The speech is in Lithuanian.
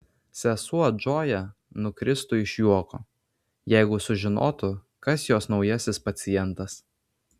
sesuo džoja nukristų iš juoko jeigu sužinotų kas jos naujasis pacientas